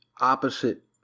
opposite